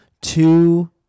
two